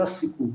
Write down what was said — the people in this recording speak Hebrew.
זה הסיכום.